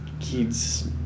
kids